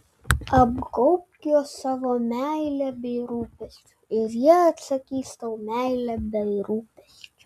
apgaubk juos savo meile bei rūpesčiu ir jie atsakys tau meile bei rūpesčiu